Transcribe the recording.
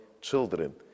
children